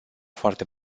foarte